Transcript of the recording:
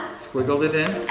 squiggled it in,